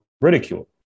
ridicule